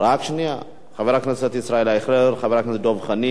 וראשון המתדיינים הוא חבר הכנסת יעקב כץ,